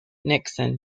nixon